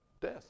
Death